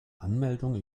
anmeldung